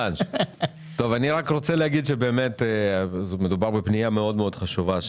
אני רוצה להגיד שמדובר בפנייה מאוד חשובה,